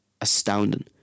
astounding